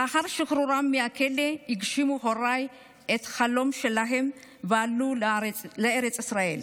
לאחר שחרורם מהכלא הגשימו הוריי את החלום שלהם ועלו לארץ ישראל,